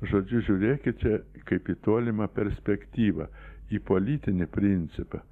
žodžiu žiūrėkite kaip į tolimą perspektyvą į politinį principą